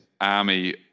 army